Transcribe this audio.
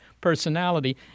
personality